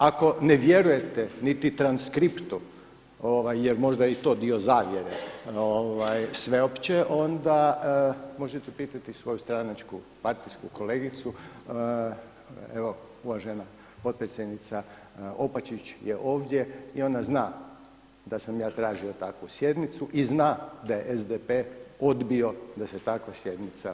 Ako ne vjerujete niti transkriptu jer možda je i to dio zavjere sveopće, onda možete pitati svoju stranačku partijsku kolegicu, uvažena potpredsjednica Opačić je ovdje i ona zna da sam ja tražio takvu sjednicu i zna da je SDP odbio da se takva sjednica održi.